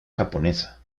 japonesa